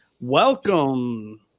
Welcome